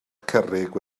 cerrig